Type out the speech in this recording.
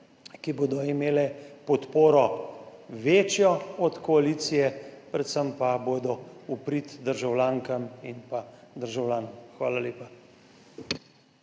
ki bodo imele podporo, večjo od koalicije, predvsem pa bodo v prid državljankam in državljanom. Hvala lepa.